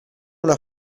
una